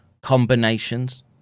combinations